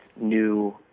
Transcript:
new